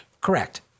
Correct